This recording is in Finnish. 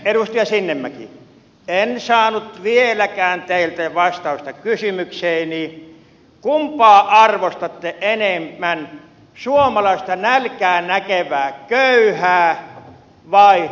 edustaja sinnemäki en saanut vieläkään teiltä vastausta kysymykseeni kumpaa arvostatte enemmän suomalaista nälkää näkevää köyhää vai suota